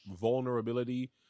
vulnerability